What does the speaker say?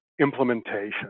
implementation